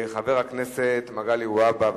הצעות לסדר-היום מס' 2481,